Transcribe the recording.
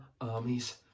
armies